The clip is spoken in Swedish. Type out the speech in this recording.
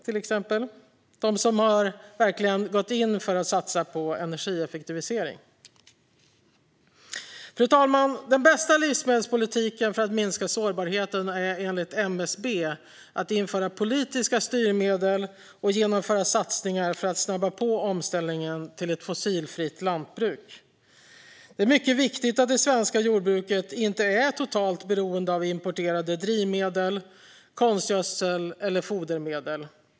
Det är de som verkligen har gått in för att satsa energieffektivisering. Fru talman! Den bästa livsmedelspolitiken för att minska sårbarheten är enligt MSB att införa politiska styrmedel och genomföra satsningar för att snabba på omställningen till ett fossilfritt lantbruk. Det är mycket viktigt att det svenska jordbruket inte är totalt beroende av importerade drivmedel, konstgödsel eller fodermedel.